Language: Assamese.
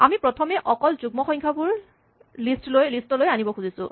আমি প্ৰথমে অকল যুগ্ম সংখ্যাবোৰ লিষ্ট লৈ আনিব খুজিছোঁ